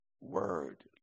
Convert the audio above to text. Word